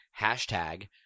hashtag